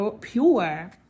pure